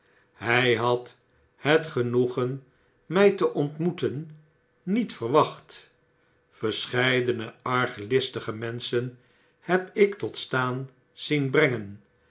fly had het genoegen my te ontmoeten niet verwacht verscheidene arglistige menschen heb ik tot staan zien brengen